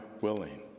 willing